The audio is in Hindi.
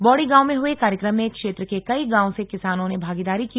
बौड़ी गांव में हुए कार्यक्रम में क्षेत्र के कई गांवों से किसानों ने भागीदारी की